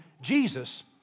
Jesus